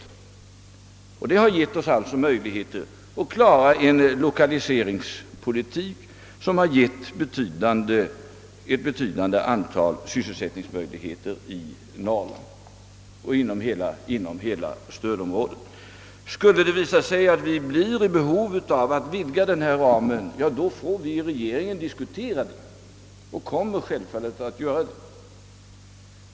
Detta riksdagens medgivande har givit oss möjligheter att driva en lokaliseringspolitik som lett till ett betydande antal sysselsättningsmöjligheter i Norrland och inom hela stödområdet. Skulle det visa sig att behov av att en aktiv lokaliseringspolitik vidga ramen uppstår kommer vi självfallet att diskutera saken inom regeringen.